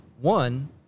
One